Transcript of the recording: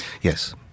Yes